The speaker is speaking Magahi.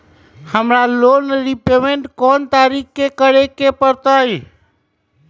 हमरा लोन रीपेमेंट कोन तारीख के करे के परतई?